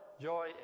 joy